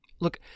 Look